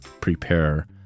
prepare